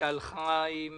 שהלכה עם